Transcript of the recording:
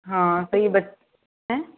हाँ तो ये बच हैं